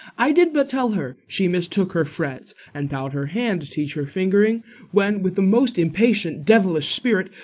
i did but tell her she mistook her frets, and bow'd her hand to teach her fingering when, with a most impatient devilish spirit,